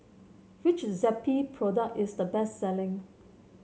which Zappy product is the best selling